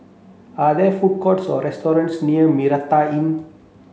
are there food courts or restaurants near Mitraa Inn